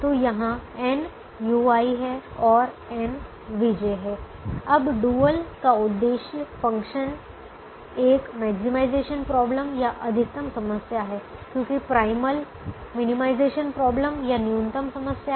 तो यहां n ui हैं और n vj हैं अब डुअल का उद्देश्य फंक्शन एक मैक्सिमाइजेशन प्रॉब्लम या अधिकतम समस्या है क्योंकि प्राइमल मिनिमाइजेशन प्रॉब्लम या न्यूनतम समस्या है